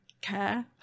care